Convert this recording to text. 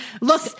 look